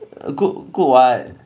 err good good [what]